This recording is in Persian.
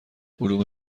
علوم